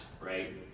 right